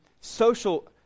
social